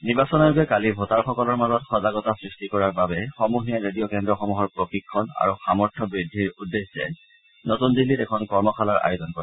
নিৰ্বাচন আয়োগে কালি ভোটাৰসকলৰ মাজত সজাগতা সৃষ্টি কৰাৰ বাবে সমূহীয়া ৰেডিঅ' কেন্দ্ৰসমূহৰ প্ৰশিক্ষণ আৰু সামৰ্থ্য বৃদ্ধিৰ উদ্দেশ্যে নতুন দিল্লীত এখন কৰ্মশালাৰ আয়োজন কৰে